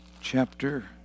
chapter